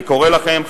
אני קורא לכם,